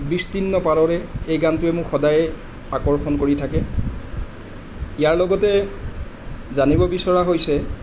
বিস্তীৰ্ণ পাৰৰে এই গানটোৱে মোক সদায় আকৰ্ষণ কৰি থাকে ইয়াৰ লগতে জানিব বিচৰা হৈছে